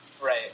Right